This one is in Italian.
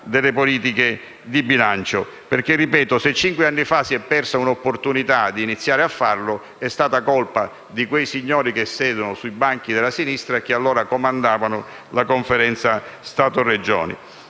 delle politiche di bilancio. Ripeto, se cinque anni fa si è persa l'opportunità di iniziare a farlo, è stata colpa di quei signori che siedono sui banchi della sinistra che allora comandavano la Conferenza Stato-Regioni.